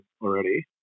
already